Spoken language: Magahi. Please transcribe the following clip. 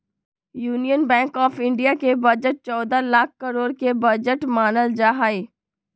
यूनियन बैंक आफ इन्डिया के बजट चौदह लाख करोड के बजट मानल जाहई